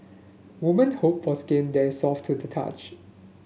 women hope for skin that is soft to the touch